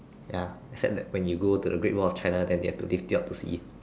ya except that when you go to the great wall of China then they have to you up to see it